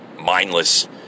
mindless